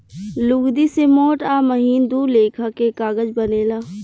लुगदी से मोट आ महीन दू लेखा के कागज बनेला